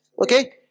okay